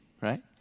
right